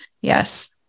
yes